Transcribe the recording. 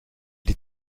die